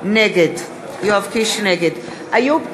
נגד איוב קרא,